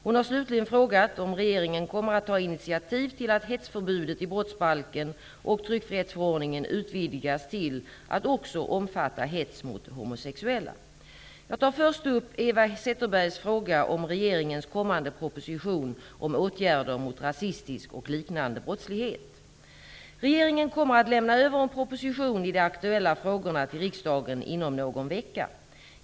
Hon har slutligen frågat om regeringen kommer att ta initiativ till att hetsförbudet i brottsbalken och tryckfrihetsförordningen utvidgas till att också omfatta hets mot homosexuella. Jag tar först upp Eva Zetterbergs fråga om regeringens kommande proposition om åtgärder mot rasistisk och liknande brottslighet. Regeringen kommer att lämna över en proposition i de aktuella frågorna till riksdagen inom någon vecka.